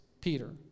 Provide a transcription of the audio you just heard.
Peter